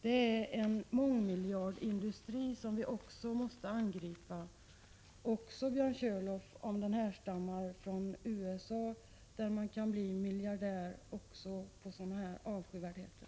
Det är en mångmiljardindustri som vi måste angripa, Björn Körlof, också om den härstammar från USA där man kan bli miljardär även på sådana här avskyvärdheter.